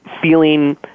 feeling